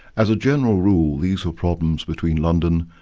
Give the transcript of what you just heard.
as a general rule, these were problems between london,